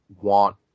want